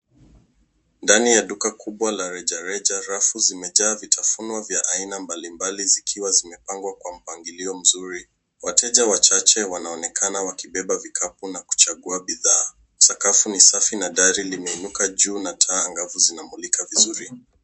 Ndani ya duka kubwa la rejareja, rafu zimejaa vitafunwa vya aina mbalimbali zikiwa zimepangwa kwa mpangilio mzuri. Wateja wachache wanaonekana wakibeba vikapu na kuchagua bidhaa. Sakafu ni safi na dari limeinuka juu na taa angavu zinamulika vizuri.